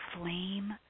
flame